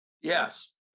Yes